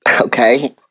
Okay